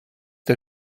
der